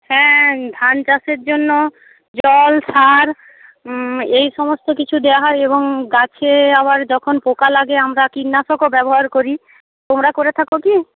হ্যাঁ ধান চাষের জন্য জল সার এই সমস্ত কিছু দেওয়া হয় এবং গাছে আবার যখন পোকা লাগে আমরা কীটনাশকও ব্যবহার করি তোমরা করে থাকো কি